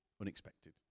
unexpected